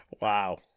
Wow